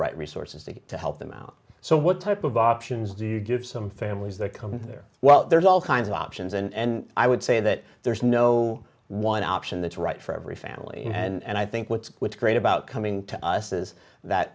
right resources to to help them out so what type of options do you do have some families that come there well there's all kinds of options and i would say that there's no one option that's right for every family and i think what's great about coming to us is that